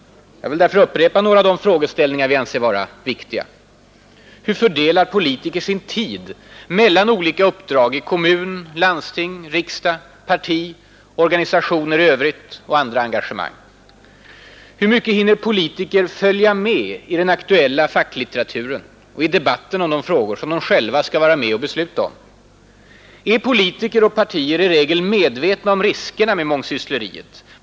Jag vill därför upprepa de frågeställningar vi anser vara viktiga: Hur fördelar politiker sin tid mellan olika uppdrag i kommun, landsting, riksdag, parti, organisationer i övrigt och andra engagemang? Hur mycket hinner politiker följa med i den aktuella facklitteraturen och i debatten om de frågor de själva skall vara med och besluta om? Är politiker och partier i regel medvetna om riskerna med mångsyssleriet?